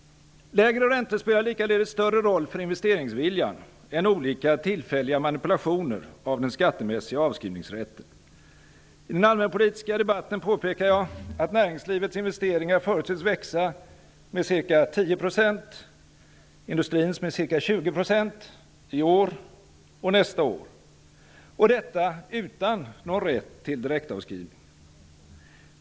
Lägre räntor spelar likaledes större roll för investeringsviljan än olika tillfälliga manipulationer av den skattemässiga avskrivningsrätten. I den allmänpolitiska debatten påpekade jag att näringslivets investeringar förutses växa med ca 10 % och industrins med ca 20 % i år och nästa år -- detta utan någon rätt till direktavskrivning.